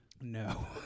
No